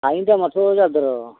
हानि दामाथ' जादों र'